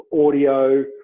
audio